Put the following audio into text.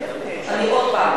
אני, עוד פעם